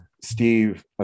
steve